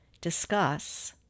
discuss